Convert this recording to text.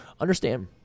understand